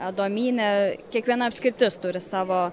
adomynė kiekviena apskritis turi savo